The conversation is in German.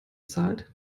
zahlt